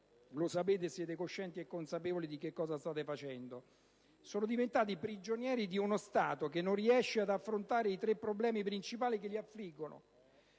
lo sapete, e siete coscienti e consapevoli di quello che state facendo. Sono diventati prigionieri di uno Stato che non riesce ad affrontare i tre problemi principali che li affliggono: